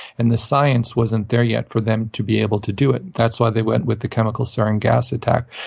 and the science wasn't there yet for them to be able to do it. that's why they went with the chemical sarin gas attack.